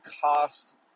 cost